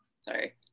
sorry